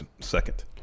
second